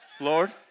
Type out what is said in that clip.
Lord